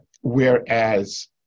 whereas